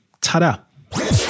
Ta-da